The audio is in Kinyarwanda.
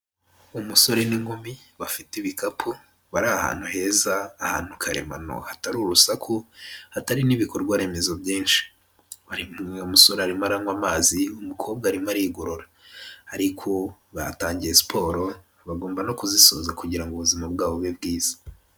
Umusore n'inkumi bafite ibikapu bari ahantu heza, ahantu karemano hatari urusaku hatari n'ibikorwa remezo byinshi. Umusore arimo aranywa amazi umukobwa arimo arigorora ariko baratangiye siporo bagomba no kuzisoza kugira ubuzima bwabo bube bwiza.